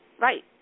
Right